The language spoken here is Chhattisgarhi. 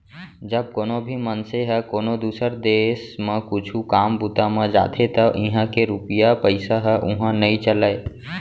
जब कोनो भी मनसे ह कोनो दुसर देस म कुछु काम बूता म जाथे त इहां के रूपिया पइसा ह उहां नइ चलय